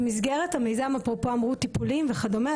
במסגרת המיזם אפרופו אמרו פה טיפולים וכדומה,